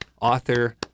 author